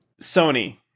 sony